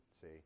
see